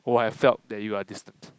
who have felt that you are distant